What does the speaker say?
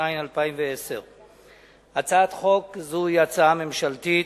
התש"ע 2010. הצעת חוק זו היא הצעה ממשלתית.